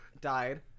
...died